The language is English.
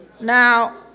Now